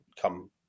come